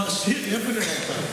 מר שירי, לאיפה נעלמת?